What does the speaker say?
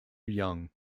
young